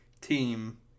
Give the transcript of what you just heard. team